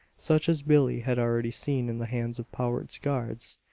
such as billie had already seen in the hands of powart's guards,